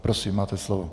Prosím, máte slovo.